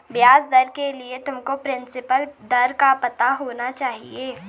ब्याज दर के लिए तुमको प्रिंसिपल दर का पता होना चाहिए